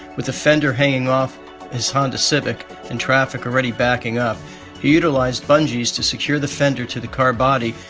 with the fender hanging off his honda civic and traffic already backing up, he utilized bungees to secure the fender to the car body,